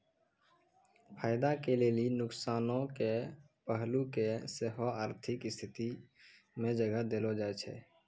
फायदा के लेली नुकसानो के पहलू के सेहो आर्थिक स्थिति मे जगह देलो जाय छै